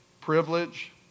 privilege